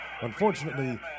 Unfortunately